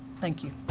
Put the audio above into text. thank you.